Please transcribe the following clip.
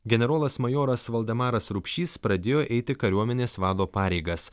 generolas majoras valdemaras rupšys pradėjo eiti kariuomenės vado pareigas